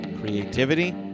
Creativity